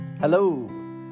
Hello